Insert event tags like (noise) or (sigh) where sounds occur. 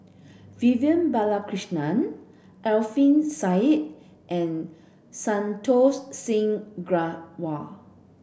Vivian Balakrishnan Alfian Sa'at and Santokh (unintelligible) Singh Grewal